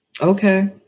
Okay